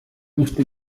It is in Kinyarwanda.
dufite